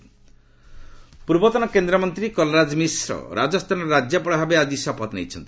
Rajasthan governor ପୂର୍ବତନ କେନ୍ଦ୍ରମନ୍ତ୍ରୀ କଲରାଜ ମିଶ୍ର ରାଜସ୍ଥାନର ରାଜ୍ୟପାଳ ଭାବେ ଆଜି ଶପଥ ନେଇଛନ୍ତି